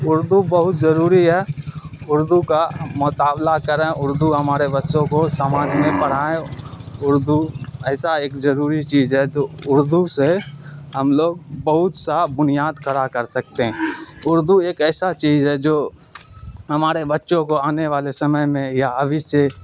اردو بہت ضروری ہے اردو کا مطالعہ کریں اردو ہمارے بسوں کو سماج میں پڑھائیں اردو ایسا ایک ضروری چیز ہے جو اردو سے ہم لوگ بہت سا بنیاد کھڑا کر سکتے ہیں اردو ایک ایسا چیز ہے جو ہمارے بچوں کو آنے والے سمے میں یا ابھی سے